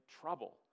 trouble